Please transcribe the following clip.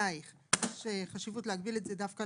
שבעינייך יש חשיבות להגביל את זה דווקא